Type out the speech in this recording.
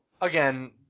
again